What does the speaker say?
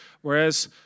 Whereas